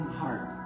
heart